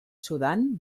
sudan